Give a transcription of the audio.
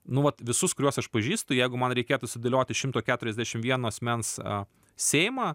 nu vat visus kuriuos aš pažįstu jeigu man reikėtų sudėlioti šimto keturiasdešim vieno asmens seimą